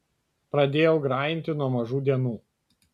pradėjau grajinti nuo mažų dienų